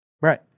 Right